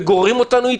ומה יהיה אם נרחיב אותן?